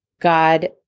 God